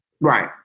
Right